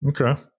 Okay